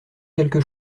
quelque